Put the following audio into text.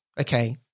okay